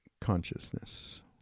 consciousness